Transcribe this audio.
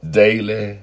daily